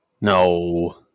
No